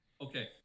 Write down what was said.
Okay